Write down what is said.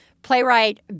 Playwright